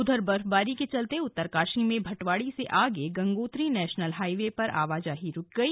उधर बर्फबारी के चलते उत्तरकाषी में भटवाड़ी से आगे गंगोत्री नेषनल हाइवे पर आवाजाही रुक गई